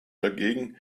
dagegen